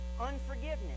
unforgiveness